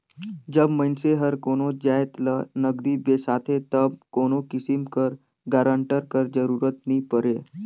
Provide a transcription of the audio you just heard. जब मइनसे हर कोनो जाएत ल नगदी बेसाथे तब कोनो किसिम कर गारंटर कर जरूरत नी परे